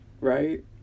right